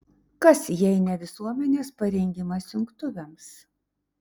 kas jei ne visuomenės parengimas jungtuvėms